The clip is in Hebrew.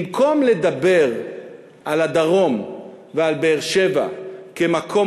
במקום לדבר על הדרום ועל באר-שבע כמקום